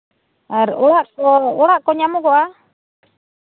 ᱟᱨ ᱚᱲᱟᱜ ᱠᱚ ᱚᱲᱟᱜ ᱠᱚ ᱧᱟᱢᱚᱜᱚᱜᱼᱟ